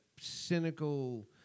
cynical